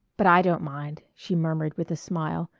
but i don't mind, she murmured with a smile,